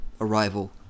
arrival